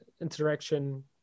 interaction